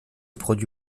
produit